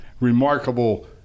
remarkable